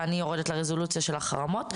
ואני יורדת לרזולוציה של החרמות,